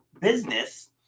business